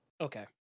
Okay